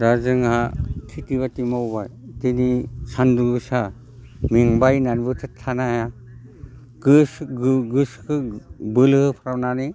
दा जोंहा खिथि बाथि मावबाय दिनै सान्दुं गोसा मेंबाय होननानैबो थानो हाया गोसो बोलो होफ्रानानै